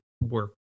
work